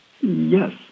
Yes